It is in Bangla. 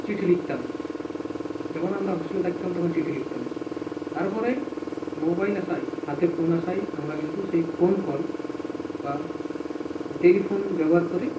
চিঠি লিখতাম যখন আমরা হস্টেলে থাকতাম তখন চিঠি লিখতাম তারপরে মোবাইল আসায় হাতে ফোন আসায় আমরা কিন্তু সেই ফোন কল বা টেলিফোন ব্যবহার করি